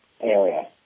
area